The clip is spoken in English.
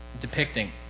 depicting